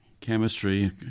chemistry